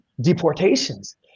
deportations